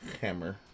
hammer